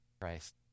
christ